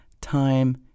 time